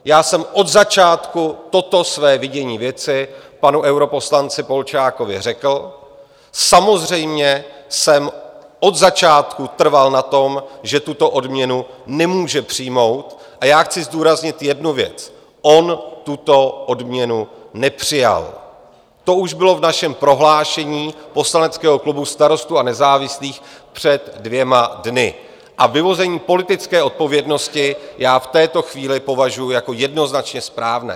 Já jsem od začátku toto své vidění věci panu europoslanci Polčákovi řekl, samozřejmě jsem od začátku trval na tom, že tuto odměnu nemůže přijmout, a já chci zdůraznit jednu věc on tuto odměnu nepřijal, to už bylo v našem prohlášení poslaneckého klubu Starostů a nezávislých před dvěma dny, a vyvození politické odpovědnosti já v této chvíli považuji jako jednoznačně správné.